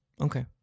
Okay